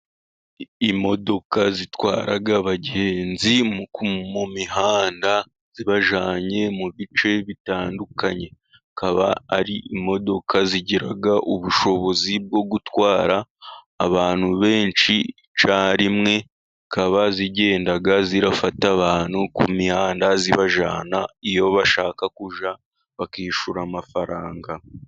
Imodoka zitwara abagenzi mu mihanda zibajyanye mu bice bitandukanye. Akaba ari imodoka zigira ubushobozi bwo gutwara abantu benshi icyarimwe, zikaba zigenda zifata abantu ku mihanda zibajyana iyo bashaka kujya, bakishura amafaranga.